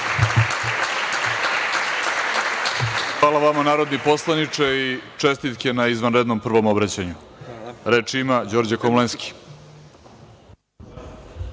Hvala vama, narodni poslaniče, i čestitke na izvanrednom prvom obraćanju. Reč ima narodni